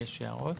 יש הערות?